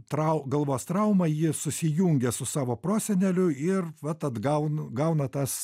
trau galvos traumą ji susijungia su savo proseneliu ir vat atgaun gauna tas